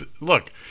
look